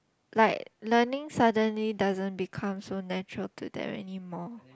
like learning suddenly doesn't become so natural to them anymore